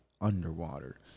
underwater